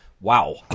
wow